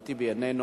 לשאול,